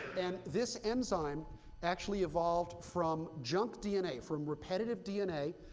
and this enzyme actually evolved from junk dna, from repetitive dna,